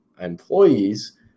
employees